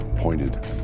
Pointed